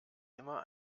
immer